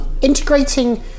integrating